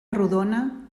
rodona